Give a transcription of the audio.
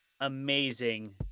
amazing